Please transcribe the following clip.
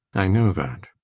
i know that.